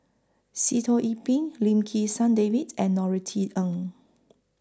Sitoh Yih Pin Lim Kim San Davids and Norothy Ng